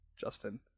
Justin